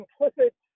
implicit